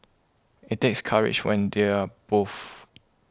it takes courage when they are both